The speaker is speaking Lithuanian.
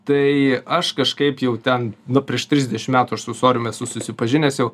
tai aš kažkaip jau ten nu prieš trisdešim metų aš su ūsorium esu susipažinęs jau